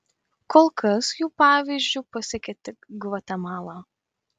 kol kas jų pavyzdžiu pasekė tik gvatemala